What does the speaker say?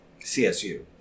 CSU